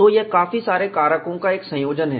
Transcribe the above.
तो यह काफी सारे कारकों का एक संयोजन है